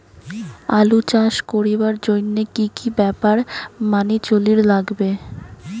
আলু চাষ করিবার জইন্যে কি কি ব্যাপার মানি চলির লাগবে?